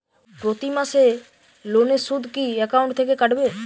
প্রতি মাসে লোনের সুদ কি একাউন্ট থেকে কাটবে?